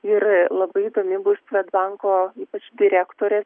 ir labai įdomi bus svedbanko ypač direktorės